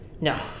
No